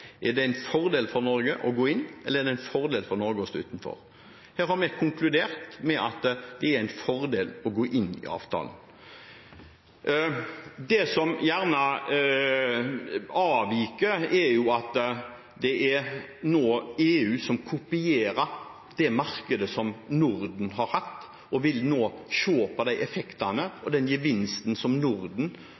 å gå inn, eller er det en fordel for Norge å stå utenfor? Her har vi konkludert med at det er en fordel å gå inn i avtalen. Det som gjerne avviker, er at det er EU som nå kopierer det markedet som Norden har hatt, og nå vil se på de effektene og den gevinsten som Norden